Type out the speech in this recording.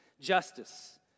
justice